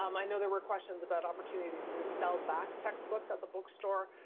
um i know there were questions about opportunities to sell back textbooks at the bookstore,